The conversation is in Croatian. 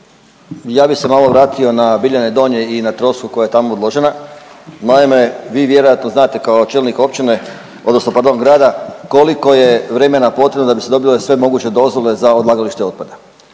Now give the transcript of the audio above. ja bi se malo vratio na Biljane Donje i na trosku koja je tamo odložena. Naime, vi vjerojatno znate kao čelnik općine, odnosno pardon grada koliko je vremena potrebno da bi se dobile sve moguće dozvole za odlagalište otpada